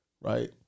right